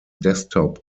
desktop